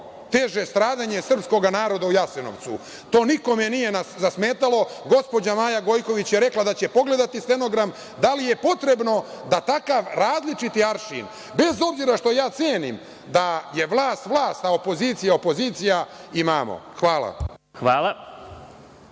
teže stradanje srpskog naroda u Jasenovcu. To nikome nije zasmetalo. Gospođa Maja Gojković je rekla da će pogledati stenogram. Da li je potrebno da takav različiti aršin bez obzira što cenim da je vlast, vlast, a opozicija, opozicija, imamo? Hvala.